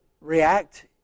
react